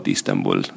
Istanbul